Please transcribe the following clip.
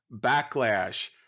backlash